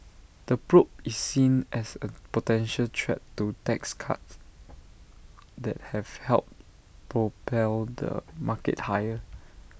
the probe is seen as A potential threat to tax cuts that have helped propel the market higher